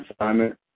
assignment